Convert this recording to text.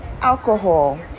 alcohol